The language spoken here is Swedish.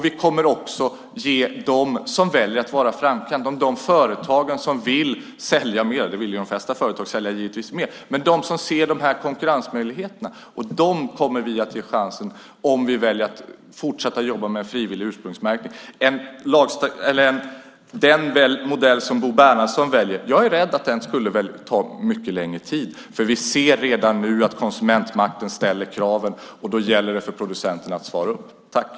Vi kommer att ge de företag som ser dessa konkurrensmöjligheter chansen om vi väljer att fortsätta att jobba med frivillig ursprungsmärkning. Jag är rädd att den modell som Bo Bernhardsson väljer skulle ta mycket längre tid. Vi ser redan nu att konsumentmakten ställer kraven. Då gäller det för producenterna att svara upp mot det.